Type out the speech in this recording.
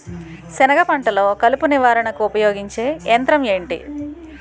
సెనగ పంటలో కలుపు నివారణకు ఉపయోగించే యంత్రం ఏంటి?